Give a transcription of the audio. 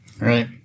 Right